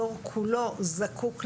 הדור כולו זקוק לזה.